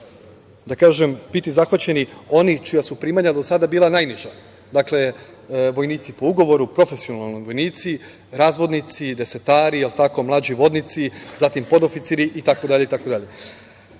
da kažem, biti zahvaćeni oni čija su primanja do sada bila najniža. Dakle, vojnici po ugovoru, profesionalni vojnici, razvodnici, desetari, da li je tako, mlađi vodnici,